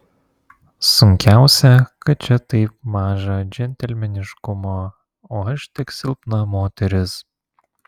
sunkiausia kad čia taip maža džentelmeniškumo o aš tik silpna moteris